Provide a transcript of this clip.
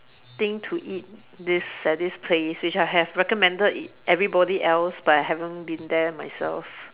~ting to eat this at this place which I have recommended it everybody else but haven't been there myself